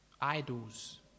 idols